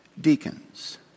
deacons